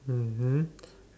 mmhmm